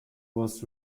was